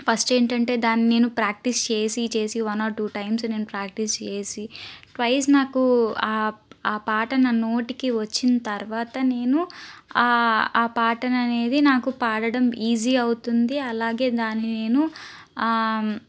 first ఏంటంటే దాన్ని నేను ప్రాక్టీస్ చేసి చేసి వన్ ఆర్ టూ టైమ్స్ నేను ప్రాక్టీస్ చేసి ట్వైస్ నాకు ఆ ఆ పాట నన్ను నోటికి వచ్చిన తర్వాత నేను ఆ ఆ పాటను అనేది నాకు పాడడం ఈజీ అవుతుంది అలాగే దాని నేను